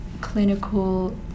clinical